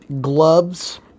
gloves